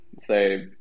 say